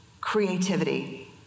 creativity